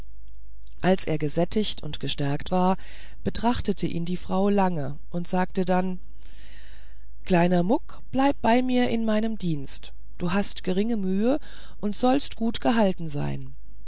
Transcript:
als er gesättigt und gestärkt war betrachtete ihn die frau lange und sagte dann kleiner muck bleibe bei mir in meinem dienste du hast geringe mühe und sollst gut gehalten sein